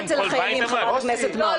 גם אצל החיילים, חברת הכנסת מארק.